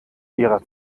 ihrer